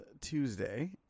Tuesday